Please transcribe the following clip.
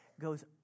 goes